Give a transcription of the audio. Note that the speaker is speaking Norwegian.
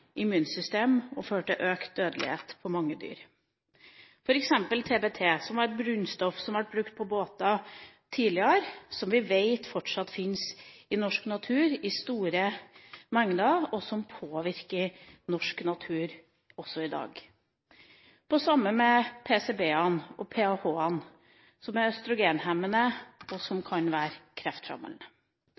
og immunsystem og føre til økt dødelighet for mange dyr. TBT, et bunnstoff som tidligere ble brukt på båter, vet vi fortsatt fins i norsk natur i store mengder og påvirker norsk natur også i dag. Det samme gjelder PCB-ene og PAH-ene, som er østrogenhemmende, og som kan være